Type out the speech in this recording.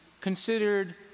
considered